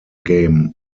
game